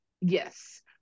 yes